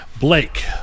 blake